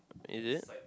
is it